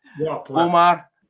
Omar